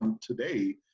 today